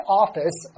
office